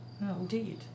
indeed